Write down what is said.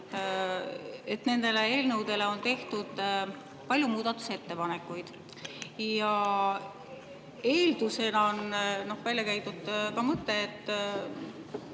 et nende eelnõude kohta on tehtud palju muudatusettepanekuid. Eeldusena on välja käidud ka mõte, et